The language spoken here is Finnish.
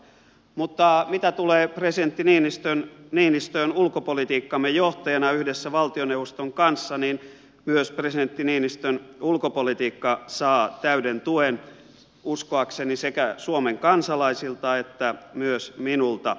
mutta mitä tulee presidentti niinistöön ulkopolitiikkamme johtajana yhdessä valtioneuvoston kanssa niin myös presidentti niinistön ulkopolitiikka saa täyden tuen uskoakseni sekä suomen kansalaisilta että myös minulta